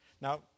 Now